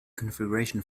configuration